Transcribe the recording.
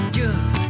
good